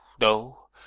no